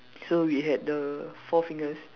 so we had the four fingers